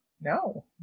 no